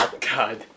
God